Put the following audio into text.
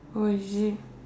oh is it